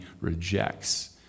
rejects